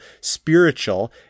spiritual